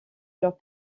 leurs